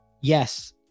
yes